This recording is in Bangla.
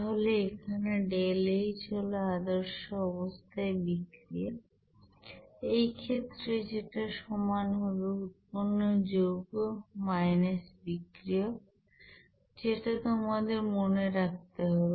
তাহলে এখানে ΔH হল আদর্শ অবস্থায় বিক্রিয়া এই ক্ষেত্রে যেটা সমান হবে উৎপন্ন যৌগ বিযুক্ত বিক্রিয়ক সেটা তোমাদের মনে রাখতে হবে